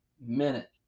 minute